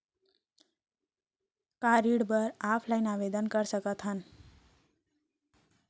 का ऋण बर ऑफलाइन आवेदन कर सकथन?